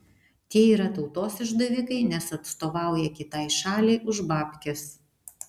tie yra tautos išdavikai nes atstovauja kitai šaliai už babkes